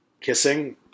kissing